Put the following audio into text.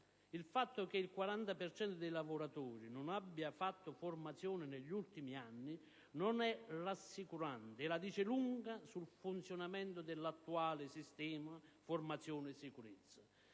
Il fatto che il 40 per cento dei lavoratori non abbia fatto formazione negli ultimi anni non è rassicurante e la dice lunga sul funzionamento dell'attuale sistema di formazione e sicurezza.